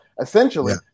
essentially